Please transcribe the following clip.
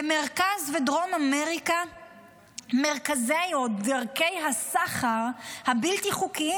במרכז ובדרום אמריקה מרכזים או דרכי הסחר הבלתי-חוקיים